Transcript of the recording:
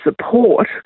support